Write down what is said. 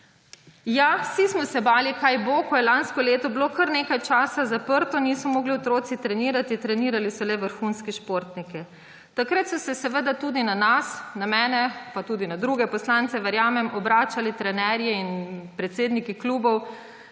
Ja, vsi smo se bali, kaj bo, ko je bilo lansko leto kar nekaj časa zaprto, otroci niso mogli trenirati, trenirali so le vrhunski športniki. Takrat so se seveda tudi na nas, na mene pa tudi na druge poslance, verjamem, obračali trenerji in predsedniki klubov,